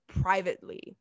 privately